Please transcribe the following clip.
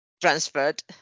transferred